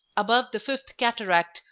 above the fifth cataract,